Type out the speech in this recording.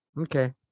Okay